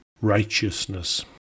Righteousness